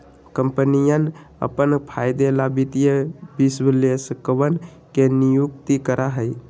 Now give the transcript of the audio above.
कम्पनियन अपन फायदे ला वित्तीय विश्लेषकवन के नियुक्ति करा हई